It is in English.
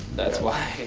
that's why.